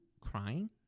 crying